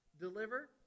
deliver